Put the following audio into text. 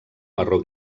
marró